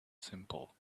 simple